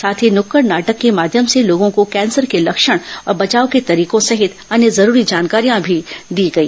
साथ ही नुक्कड़ नाटक के माध्यम से लोगों को कैंसर के लक्षण और बचाव के तरीकों सहित अन्य जरूरी जानकारियां दी गई